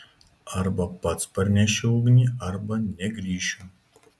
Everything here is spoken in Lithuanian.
arba pats parnešiu ugnį arba negrįšiu